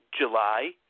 July